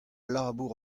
labour